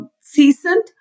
seasoned